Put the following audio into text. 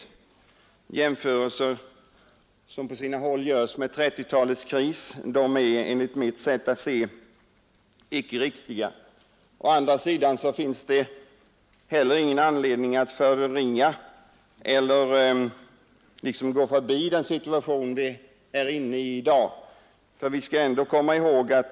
De jämförelser som på sina håll görs med 1930-talets kris är enligt mitt sätt att se icke riktiga. Å andra sidan finns det inte heller någon anledning att förringa eller liksom gå förbi den situation vi har i dag.